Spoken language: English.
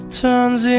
turns